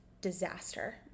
disaster